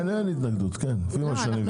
כאן אין התנגדות כמו שאני מבין.